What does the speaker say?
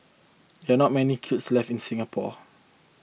there are not many kilns left in Singapore